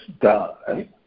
die